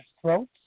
throats